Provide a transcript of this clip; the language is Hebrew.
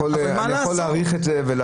אבל מה לעשות --- אני יכול להאריך את זה ולהביא